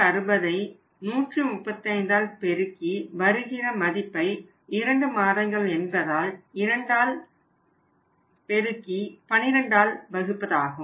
அது 360 x 135 வருகிற மதிப்பை 2 மாதங்கள் என்பதால் 2ஆல் பெருக்கி 12ஆல் வகுப்பதாகும்